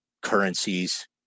currencies